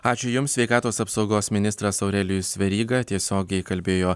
ačiū jums sveikatos apsaugos ministras aurelijus veryga tiesiogiai kalbėjo